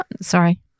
sorry